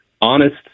honest